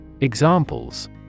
Examples